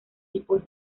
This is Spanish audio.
tipos